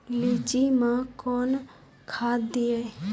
लीची मैं कौन खाद दिए?